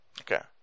Okay